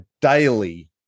daily